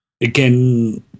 Again